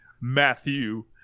Matthew